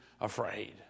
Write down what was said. afraid